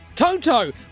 Toto